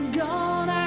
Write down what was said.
gone